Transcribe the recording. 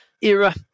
era